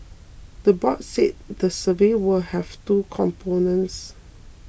the board said the survey will have two components